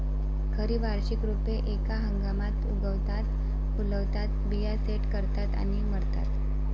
खरी वार्षिक रोपे एका हंगामात उगवतात, फुलतात, बिया सेट करतात आणि मरतात